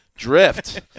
drift